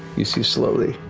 you see slowly,